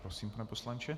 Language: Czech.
Prosím, pane poslanče.